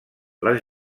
les